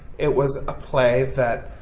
it was a play that,